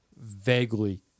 vaguely